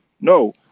no